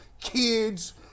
kids